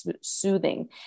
soothing